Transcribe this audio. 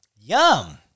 yum